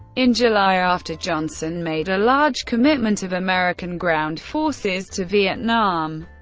in july, after johnson made a large commitment of american ground forces to vietnam,